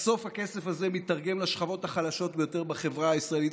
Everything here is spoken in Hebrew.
ובסוף הכסף הזה מיתרגם לשכבות החלשות ביותר בחברה הישראלית.